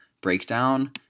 breakdown